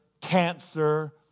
cancer